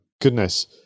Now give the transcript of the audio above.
Goodness